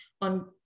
on